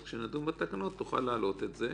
אז כשנדון בתקנות תוכל להעלות את זה,